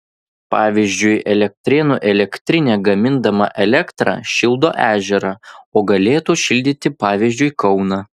pavyzdžiui elektrėnų elektrinė gamindama elektrą šildo ežerą o galėtų šildyti pavyzdžiui kauną